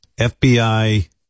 FBI